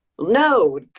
No